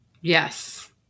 yes